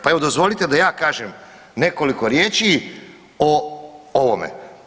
Pa evo dozvolite da ja kažem nekoliko riječi o ovome.